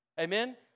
Amen